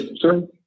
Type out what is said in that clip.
Sure